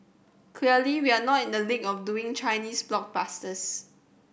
clearly we're not in the league of doing Chinese blockbusters